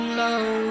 low